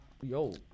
yo